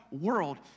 world